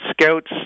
scouts